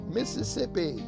Mississippi